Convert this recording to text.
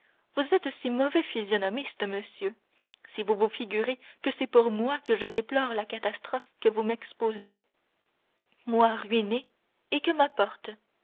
vous êtes mauvais physionomiste monsieur si vous vous figurez que c'est pour moi que je déplore la catastrophe que vous m'exposez moi ruinée et que m'importe